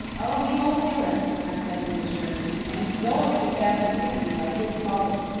oh, he won't kill him, i said reassuringly, and he's going too fast to hear me if i did call him.